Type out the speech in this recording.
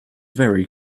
very